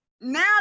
Now